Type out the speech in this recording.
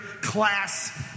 class